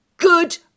Good